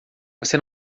você